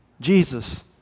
Jesus